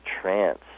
trance